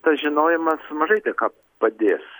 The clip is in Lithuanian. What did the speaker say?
tas žinojimas mažai ką padės